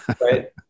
Right